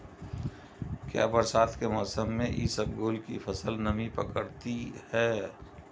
क्या बरसात के मौसम में इसबगोल की फसल नमी पकड़ती है?